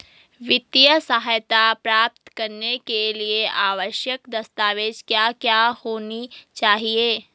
वित्तीय सहायता प्राप्त करने के लिए आवश्यक दस्तावेज क्या क्या होनी चाहिए?